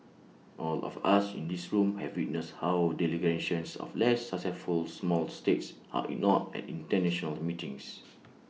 all of us in this room have witnessed how delegations of less successful small states are ignored at International meetings